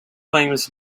famous